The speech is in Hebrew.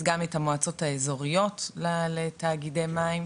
גם את המועצות האזוריות לתאגידי מים,